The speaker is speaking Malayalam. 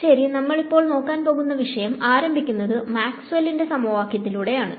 ശെരി നമ്മൾ ഇപ്പോൾ നോക്കാൻ പോകുന്ന വിഷയം ആരംഭിക്കുന്നത് മാക്സ്വെല്ലിന്റെ സമവാക്യത്തിലൂടെ ആണ്